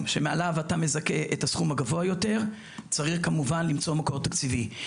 שמעליו אה מזכה את הסכום הגבוה יותר צריך כמובן למצוא מקור תקציבי.